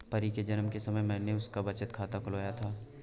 परी के जन्म के समय ही मैने उसका बचत खाता खुलवाया था